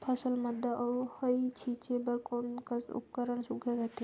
फसल म दव ई छीचे बर कोन कस उपकरण सुघ्घर रथे?